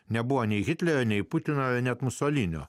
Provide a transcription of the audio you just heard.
nebuvo nei hitlerio nei putino net musolinio